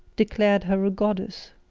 declared her a goddess.